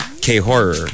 K-Horror